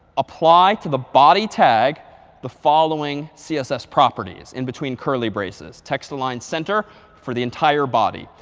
apply to the body tag the following css properties in between curly braces. text align center for the entire body.